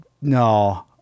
No